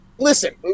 Listen